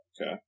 Okay